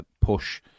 push